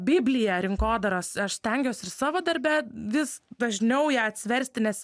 biblija rinkodaros aš stengiuos ir savo darbe vis dažniau ją atsiversti nes